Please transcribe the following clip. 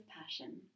passion